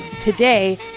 Today